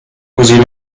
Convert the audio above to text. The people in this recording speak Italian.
così